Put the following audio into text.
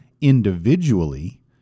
individually